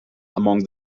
among